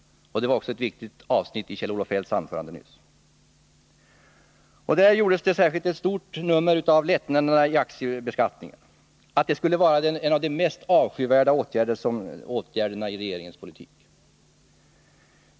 Det var också ett viktigt avsnitt i Kjell-Olof Feldts anförande nyss. I det gjordes ett särskilt stort nummer av lättnaderna i aktiebeskattningen, som beskrevs som en av de mest avskyvärda åtgärderna i regeringens politik.